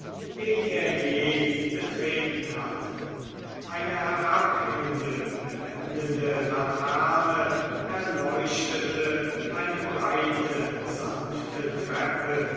den er je betreten hatte eine herabhängende blendende laterne erleuchtete eine breite sanfte treppe